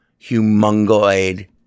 humongoid